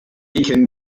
akin